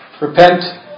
Repent